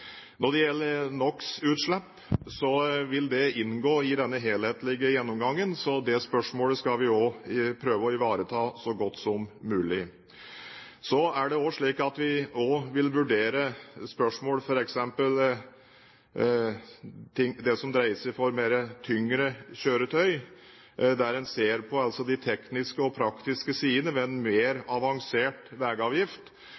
Når det gjelder NOx-utslipp, vil det inngå i denne helhetlige gjennomgangen, så det spørsmålet skal vi også prøve å ivareta så godt som mulig. Vi vil også vurdere spørsmål f.eks. når det dreier seg om tyngre kjøretøy, der en vil se på de tekniske og praktiske sidene ved en